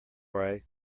right